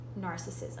narcissism